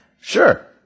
Sure